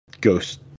ghost